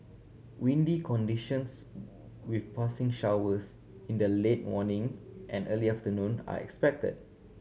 windy conditions with passing showers in the late morning and early afternoon are expected